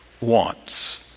wants